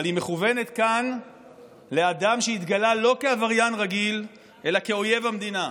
אבל היא מכוונת כאן לאדם שהתגלה לא כעבריין רגיל אלא כאויב המדינה,